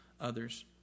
others